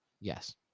Yes